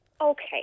Okay